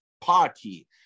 party